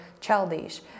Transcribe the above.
childish